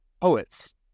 Poets